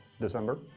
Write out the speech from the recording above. December